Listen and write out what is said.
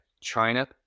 China